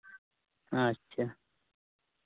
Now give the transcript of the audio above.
ᱟᱪᱪᱷᱟ